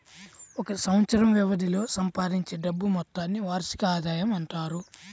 ఒక సంవత్సరం వ్యవధిలో సంపాదించే డబ్బు మొత్తాన్ని వార్షిక ఆదాయం అంటారు